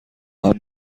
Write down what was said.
آهن